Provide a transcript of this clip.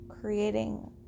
creating